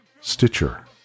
Stitcher